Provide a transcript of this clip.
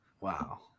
Wow